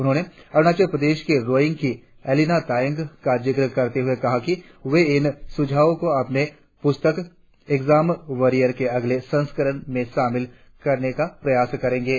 उन्होंने अरुणाचल प्रदेश के रोइंग की एलिना तायेंग़ का जिक्र करते हुए कहा कि वे इन सुझावों को अपनी पुस्तक एग्जम वेरियर के अगले संस्करण में शामिल करने का प्रयास करेंगे